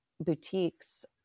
boutiques